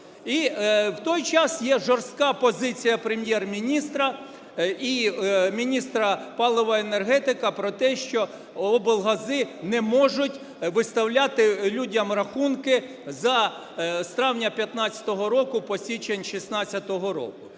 в той час є жорстка позиція Прем'єр-міністра і міністра палива і енергетики про те, що облгази не можуть виставляти людям рахунки з травня 2015 року по січень 2016 року.